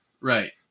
right